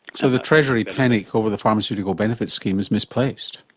so the treasury panic over the pharmaceutical benefits scheme is misplaced,